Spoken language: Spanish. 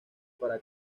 para